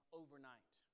overnight